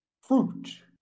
Fruit